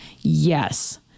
Yes